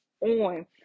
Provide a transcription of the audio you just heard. on